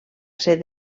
ser